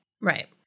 Right